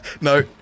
No